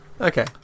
Okay